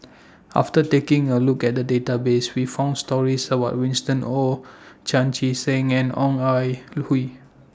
after taking A Look At The Database We found stories about Winston Oh Chan Chee Seng and Ong Ah Hoi